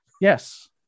Yes